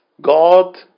God